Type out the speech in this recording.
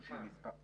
שלושה ימים.